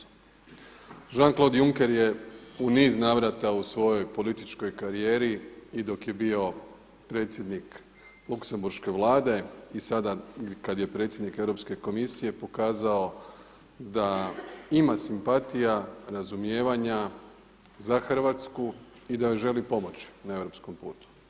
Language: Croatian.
Jan Cloud Juncker je u niz navrata u svojoj političkoj karijeri i dok je bio predsjednik Luksemburške vlade i sada kada je predsjednik Europske komisije pokazao da ima simpatija, razumijevanja za Hrvatsku i da joj želi pomoći na europskom putu.